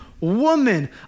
woman